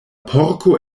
porko